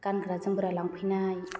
गानग्रा जोमग्रा लांफैनाय